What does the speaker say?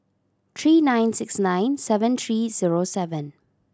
three nine six nine seven three zero seven